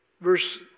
verse